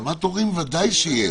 הסכמת הורים ודאי יש.